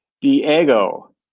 Diego